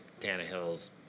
Tannehill's